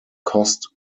cost